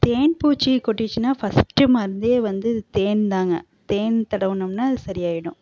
தேன் பூச்சி கொட்டிருச்சுனால் ஃபஸ்டு மருந்தே வந்து இது தேன்தாங்க தேன் தடவுனோம்னா அது சரியாகிடும்